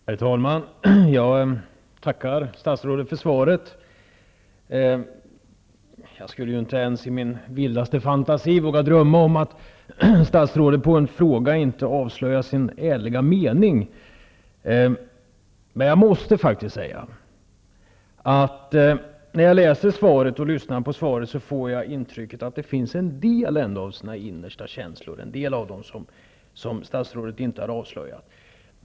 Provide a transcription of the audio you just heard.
Herr talman! Jag tackar statsrådet för svaret. Jag skulle inte ens i min vildaste fantasi våga drömma om att statsrådet i ett svar på en fråga inte avslöjar sin ärliga mening. Men jag måste faktiskt säga att jag, både när jag läser och när jag lyssnar på svaret, får ett intryck av att en del av statsrådets innersta känslor ändå inte avslöjats.